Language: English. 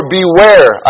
beware